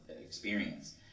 experience